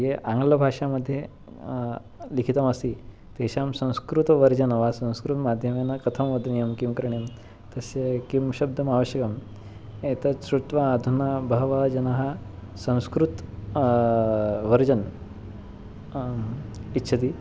ये आङ्ग्लभाषा मध्ये लिखितमस्ति तेषां संस्कृतवर्धनं वा संस्कृतमाध्यमेन कथं वदनीयं किं करणीयं तस्य किं शब्दम् आवश्यकम् एतत् श्रुत्वा अधुना बहवः जनाः संस्कृतं वर्धनाम् इच्छति